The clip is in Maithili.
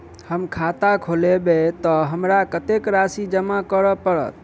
हम खाता खोलेबै तऽ हमरा कत्तेक राशि जमा करऽ पड़त?